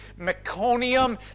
meconium